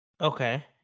Okay